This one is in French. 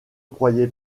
croyais